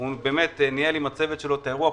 הוא ניהל עם הצוות שלו את האירוע,